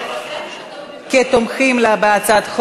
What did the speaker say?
הפעלתי את ההצבעה, רבותי.